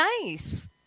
nice